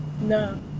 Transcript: no